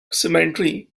cemetery